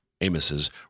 Amos's